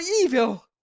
evil